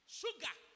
sugar